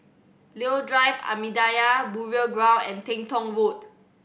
Leo Drive Ahmadiyya Burial Ground and Teng Tong Road